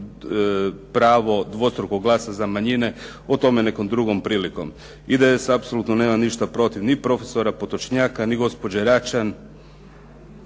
pravo dvostrukog glasa za manjine o tome nekom drugom prilikom. IDS apsolutno nema ništa protiv ni profesora Potočnjaka ni gospođe Račan,